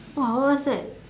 wane what's that